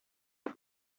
бул